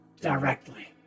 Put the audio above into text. directly